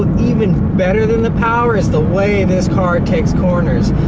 even better than the power, is the way this car takes corners.